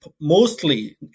mostly